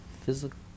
physical